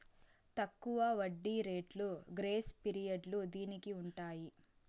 తక్కువ వడ్డీ రేట్లు గ్రేస్ పీరియడ్లు దీనికి ఉంటాయి